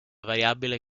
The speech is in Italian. variabile